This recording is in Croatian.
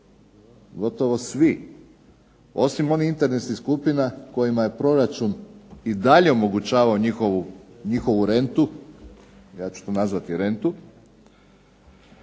gotovo svi osim onih interesnih skupina kojima je proračun i dalje omogućavao njihovu rentu, ja ću to nazvati rentu,